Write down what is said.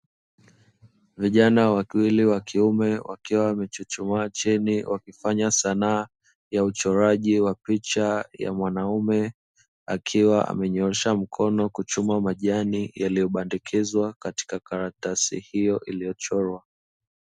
Vijana wawili wakiume, wakiwa wamechuchumaa chini wakifanya sanaa ya uchoraji wa picha ya mwanaume. Akiwa amenyoosha mkono kuchuma majani yaliyobandikizwa katika karatasi hiyo iliyochorwa.